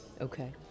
Okay